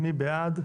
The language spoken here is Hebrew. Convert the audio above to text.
מי בעד?